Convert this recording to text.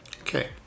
okay